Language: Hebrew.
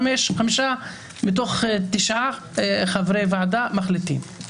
חמישה מתוך תשעה חברי ועדה מחליטים.